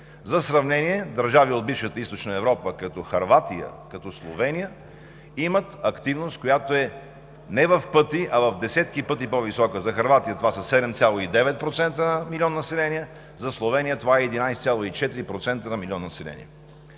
За сравнение – в държави от бившата Източна Европа, като Хърватия, като Словения, имат активност, която е не в пъти, а в десетки пъти по-висока: за Хърватия това са 7,9% на милион население, за Словения това е 11,4% на милион население.